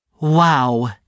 Wow